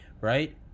right